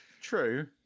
True